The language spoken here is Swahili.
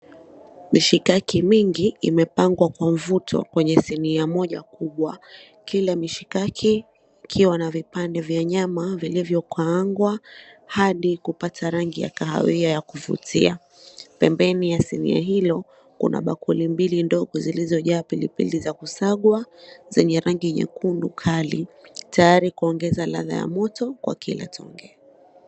Mishikaki mingi imepangwa kwa mvuto kwenye sinia moja kubwa. Kila mishikaki ikiwa na vipande vya nyama vilivyo kaangwa hadi kupata rangi ya kahawa hiyo ya kuvutia. Pembeni ya sinia hilo kuna bakuli mbili ndogo zilizo jaa pilipili za kusagwa zenye rangi nyekundu kali tayari kuongeza ladha ya moto kwa kila tonge.